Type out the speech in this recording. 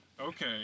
Okay